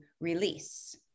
release